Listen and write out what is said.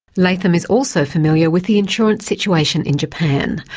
latham is also familiar with the insurance situation in japan,